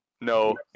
No